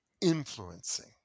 influencing